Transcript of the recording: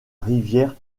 rivière